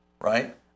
Right